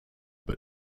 but